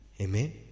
amen